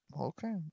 okay